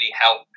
help